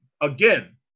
Again